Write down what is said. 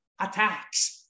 Attacks